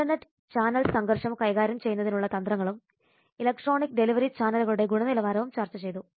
Inter channel സംഘർഷം കൈകാര്യം ചെയ്യുന്നതിനുള്ള തന്ത്രങ്ങളും ഇലക്ട്രോണിക് ഡെലിവറി ചാനലുകളുടെ ഗുണനിലവാരവും ചർച്ച ചെയ്തു